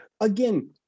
Again